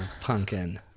pumpkin